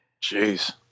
jeez